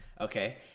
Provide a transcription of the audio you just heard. Okay